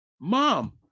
Mom